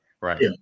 right